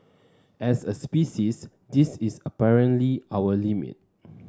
as a species this is apparently our limit